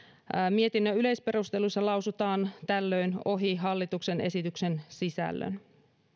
mietinnön yleisperusteluissa lausutaan tällöin ohi hallituksen esityksen sisällön